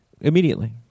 Immediately